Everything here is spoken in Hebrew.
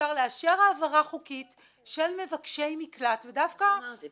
אפשר לאשר העברה חוקית למבקשי מקלט -- כמו שאמרתי,